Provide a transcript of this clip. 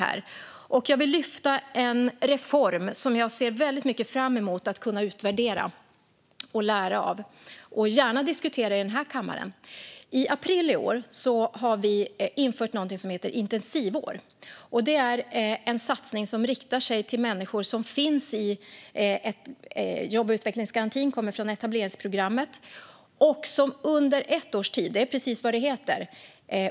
Här vill jag lyfta fram en reform som jag verkligen ser fram emot att utvärdera och lära av och gärna diskutera här i kammaren. I april i år införde vi något som heter intensivår. Det är en satsning som riktar sig till människor som finns i jobbutvecklingsgarantin och kommer från etableringsprogrammet. Intensivåret är precis vad det heter.